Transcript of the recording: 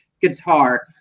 guitar